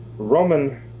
Roman